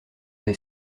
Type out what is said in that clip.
des